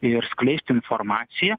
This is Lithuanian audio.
ir skleist informaciją